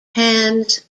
hands